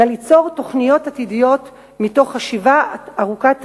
אלא ליצור תוכניות עתידיות מתוך חשיבה ארוכת טווח,